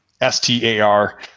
S-T-A-R